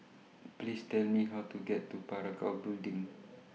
Please Tell Me How to get to Parakou Building